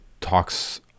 talks